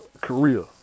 Korea